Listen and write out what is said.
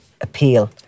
appeal